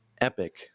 epic